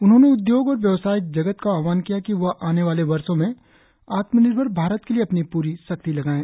उन्होंने उद्योग और व्यवसाय जगत का आह्वान किया कि वह आने वाले वर्षों में आत्मनिर्भर भारत के लिए अपनी प्ररी शक्ति लगाएं